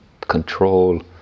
control